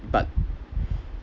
but